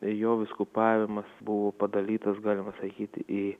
jo vyskupavimas buvo padalytas galima sakyti į